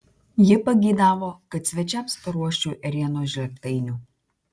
ji pageidavo kad svečiams paruoščiau ėrienos žlėgtainių